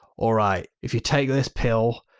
alright if you take this pill,